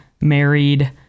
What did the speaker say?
married